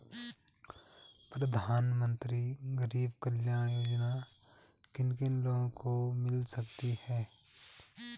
प्रधानमंत्री गरीब कल्याण योजना किन किन लोगों को मिल सकती है?